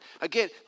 Again